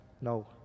No